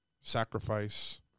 Sacrifice